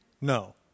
no